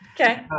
Okay